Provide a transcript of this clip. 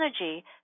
energy